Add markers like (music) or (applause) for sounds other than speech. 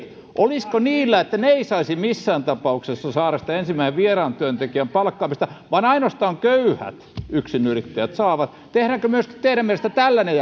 olisiko niin että he eivät saisi missään tapauksessa saada sitä ensimmäisen vieraan työntekijän palkkaamista vaan ainoastaan köyhät yksinyrittäjät saavat tehdäänkö teidän mielestänne myöskin tällainen (unintelligible)